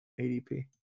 ADP